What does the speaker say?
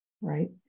right